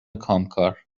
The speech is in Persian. کامکار